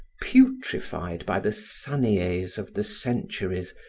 putrefied by the sanies of the centuries,